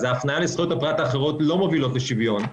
ההפנייה לזכויות הפרט האחרות לא מובילה לשוויון.